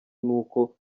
n’uko